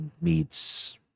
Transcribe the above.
meets